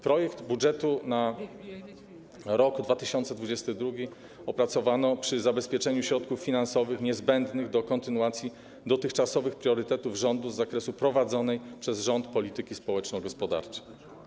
Projekt budżetu na rok 2022 opracowano przy zabezpieczeniu środków finansowych niezbędnych do kontynuacji dotychczasowych priorytetów rządu z zakresu prowadzonej przez rząd polityki społeczno-gospodarczej.